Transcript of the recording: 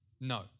No